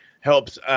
helps